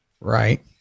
Right